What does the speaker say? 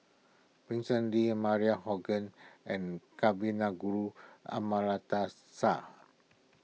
Vincent Lee Maria and Kavignareru Amallathasan